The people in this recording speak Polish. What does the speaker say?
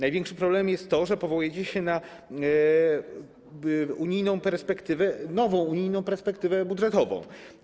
Największym problemem jest to, że powołujecie się na unijną perspektywę, nową unijną perspektywę budżetową.